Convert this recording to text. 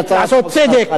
לעשות צדק.